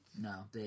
No